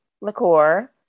liqueur